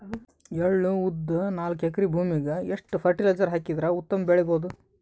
ಎಳ್ಳು, ಉದ್ದ ನಾಲ್ಕಎಕರೆ ಭೂಮಿಗ ಎಷ್ಟ ಫರಟಿಲೈಜರ ಹಾಕಿದರ ಉತ್ತಮ ಬೆಳಿ ಬಹುದು?